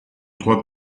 trois